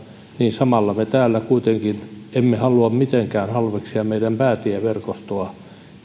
niin samalla me täällä kuitenkaan emme halua mitenkään halveksia meidän päätieverkostoa